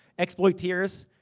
exploiteers,